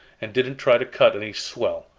and didn't try to cut any swell.